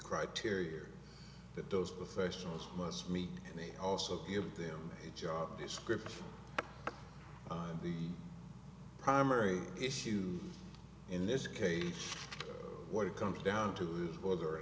criteria that those professionals must meet and they also give them a job description the primary issue in this case what it comes down to is whether or